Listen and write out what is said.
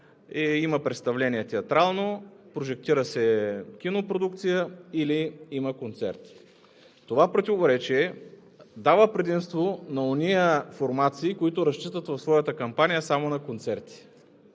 представление, прожектира се кинопродукция или има концерт. Това противоречие дава предимство на онези формации, които разчитат в своята кампания само на концерти,